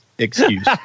excuse